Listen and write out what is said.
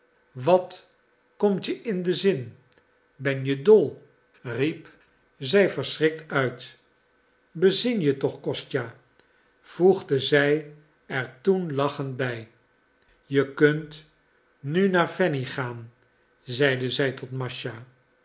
wat komt je in den zin ben je dol riep zij verschrikt uit bezin je toch kostja voegde zij er toen lachend bij je kunt nu naar fanny gaan zeide zij tot mascha